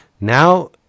Now